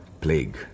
plague